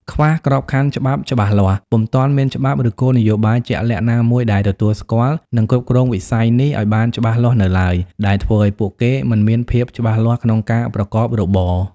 ខ្វះក្របខ័ណ្ឌច្បាប់ច្បាស់លាស់ ពុំទាន់មានច្បាប់ ឬគោលនយោបាយជាក់លាក់ណាមួយដែលទទួលស្គាល់ និងគ្រប់គ្រងវិស័យនេះឱ្យបានច្បាស់លាស់នៅឡើយ ដែលធ្វើឱ្យពួកគេមិនមានភាពច្បាស់លាស់ក្នុងការប្រកបរបរ ។